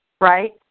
Right